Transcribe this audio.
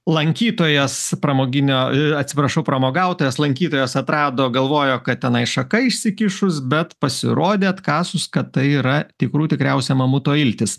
lankytojas pramoginio atsiprašau pramogautojas lankytojas atrado galvojo kad tenai šaka išsikišus bet pasirodė atkasus kad tai yra tikrų tikriausią mamuto iltis